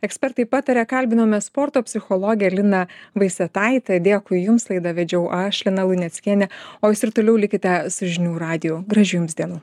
ekspertai pataria kalbinome sporto psichologę liną vaisetaitę dėkui jums laidą vedžiau aš lina luneckienė o jūs ir toliau likite su žinių radiju gražių jums dienų